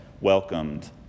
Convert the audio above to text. welcomed